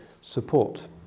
support